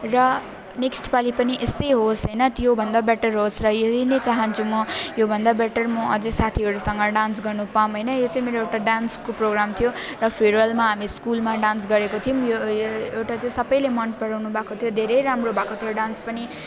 र नेक्स्ट पालि पनि यस्तै होस् होइन त्यो भन्दा बेट्टर होस् र यही नै चाहन्छु म यो भन्दा बेट्टर अझ साथीहरूसँग डान्स गर्न पाऊँ होइन यो चाहिँ मेरो एउटा डान्सको प्रोग्राम थियो र फेरवेलमा हामी स्कुलमा डान्स गरेको थियौँ यो एउटा चाहिँ सबले मन पराउनु भएको थियो धेरै राम्रो भएको थियो डान्स पनि